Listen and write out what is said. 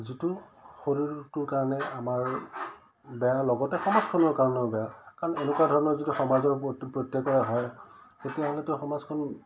যিটো শৰীৰটোৰ কাৰণে আমাৰ বেয়া লগতে সমাজখনৰ কাৰণেও বেয়া কাৰণ এনেকুৱা ধৰণৰ যদি সমাজৰ প্ৰত্যেকৰে হয় তেতিয়াহ'লেতো সমাজখন